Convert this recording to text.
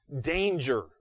danger